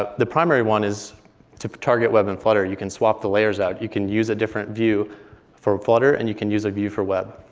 ah the primary one is to target web in flutter. you can swap the layers out. you can use a different view for flutter, and you can use a view for web.